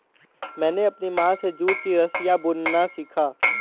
मैंने अपनी माँ से जूट की रस्सियाँ बुनना सीखा